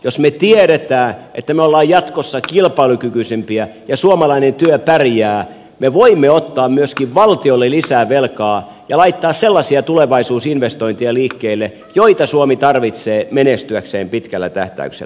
jos me tiedämme että me olemme jatkossa kilpailukykyisempiä ja suomalainen työ pärjää me voimme ottaa myöskin valtiolle lisää velkaa ja laittaa sellaisia tulevaisuusinvestointeja liikkeelle joita suomi tarvitsee menestyäkseen pitkällä tähtäyksellä